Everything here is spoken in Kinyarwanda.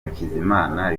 hakizimana